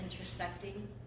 intersecting